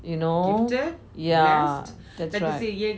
you know yeah that's right